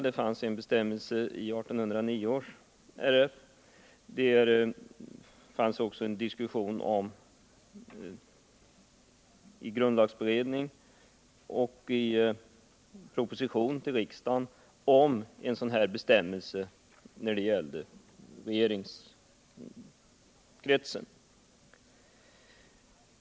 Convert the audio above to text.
Det fanns en sådan bestämmelse redan i 1809 års regeringsform. Det förekom också en diskussion i grundlagberedningen, och i proposition 1973:90 till riksdagen föreslogs en sådan här bestämmelse för regeringskretsen.